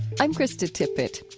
i'm krista tippett.